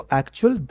actual